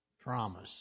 promise